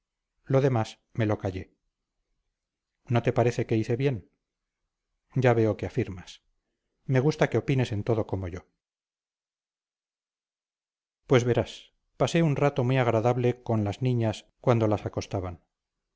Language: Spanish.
lo demás me lo callé no te parece que hice bien ya veo que afirmas me gusta que opines en todo como yo pues verás pasé un rato muy agradable con las niñas cuando las acostaban